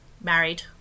married